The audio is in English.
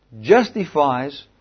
justifies